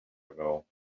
ago